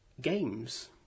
games